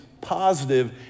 positive